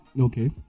Okay